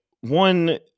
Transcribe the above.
one